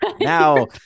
now